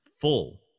full